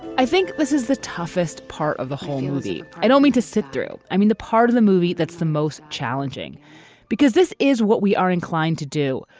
i think this is the toughest part of the whole movie. i don't mean to sit through i mean the part of the movie that's the most challenging because this is what we are inclined to do,